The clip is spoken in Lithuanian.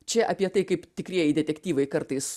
čia apie tai kaip tikrieji detektyvai kartais